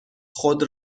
خود